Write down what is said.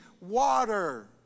water